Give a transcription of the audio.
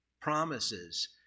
promises